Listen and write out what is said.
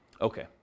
Okay